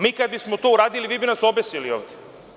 Mi kada bismo to uradili, vi bi nas obesili ovde.